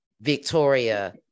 Victoria